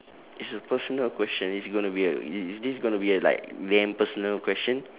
it's a personal question is it gonna be like i~ is this gonna be a like damn personal question